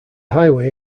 highway